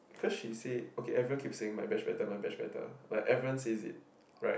cause she said okay everyone keeps saying my batch better my batch better like everyone say it right